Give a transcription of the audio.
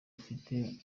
ufite